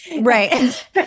Right